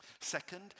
Second